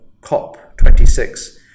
COP26